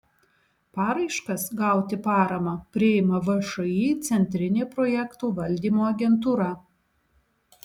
paraiškas gauti paramą priima všį centrinė projektų valdymo agentūra